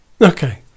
okay